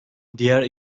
diğer